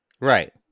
Right